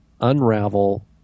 unravel